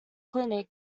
clinic